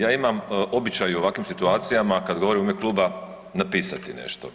Ja imam običaj u ovakvim situacijama kada govorim u ime Kluba napisati nešto.